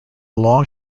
long